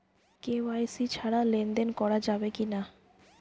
KYC ছাড়া লেনদেন করা যাবে কিনা?